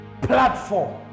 platform